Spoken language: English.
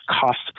cost